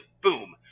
boom